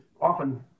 often